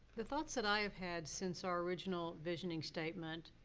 the thoughts that i have had since our original visioning statement,